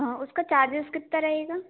हाँ उसका चार्जेस कितना रहेगा